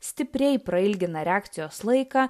stipriai prailgina reakcijos laiką